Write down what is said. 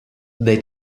they